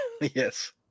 Yes